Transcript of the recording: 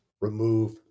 remove